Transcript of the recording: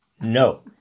No